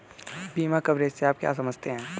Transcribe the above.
बीमा कवरेज से आप क्या समझते हैं?